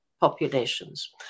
populations